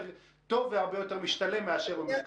טובים והרבה יותר משתלמים מאשר במרכז.